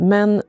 Men